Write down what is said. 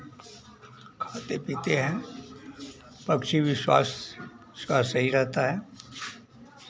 खाते पीते हैं पक्षी भी स्वास्थ्य उसका सही रहता है